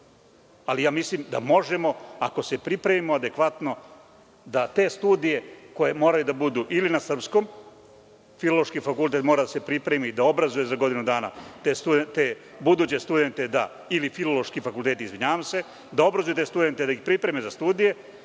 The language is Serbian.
Mislim da možemo, ako se pripremimo adekvatno da te studije koje moraju da budu ili na srpskom. Filološki fakultet mora da se pripremi, da obrazuje za godinu dana te buduće studente da da, ili Filološki fakultet da obrazuje te studente, da ih pripreme za studije